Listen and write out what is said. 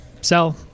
Sell